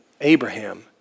Abraham